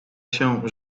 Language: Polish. się